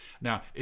Now